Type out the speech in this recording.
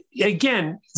again